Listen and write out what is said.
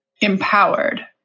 empowered